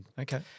Okay